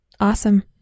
Awesome